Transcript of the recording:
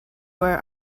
where